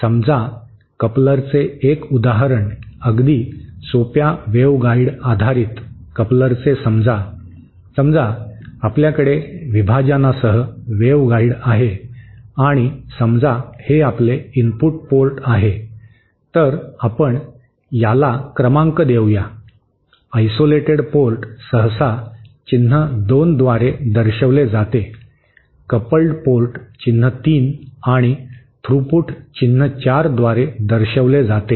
समजा कपलरचे एक उदाहरण अगदी सोप्या वेव्हगाईड आधारित कपलरचे समजा समजा आपल्याकडे विभाजनासह वेव्हगाइड आहे आणि समजा हे आपले इनपुट पोर्ट आहे तर आपण याला क्रमांक देऊया आयसोलेटेड पोर्ट सहसा चिन्ह 2 द्वारे दर्शविले जाते कपल्ड पोर्ट चिन्ह 3 आणि थ्रूपूट चिन्ह 4 द्वारे दर्शविले जाते